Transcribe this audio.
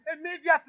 immediately